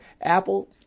Apple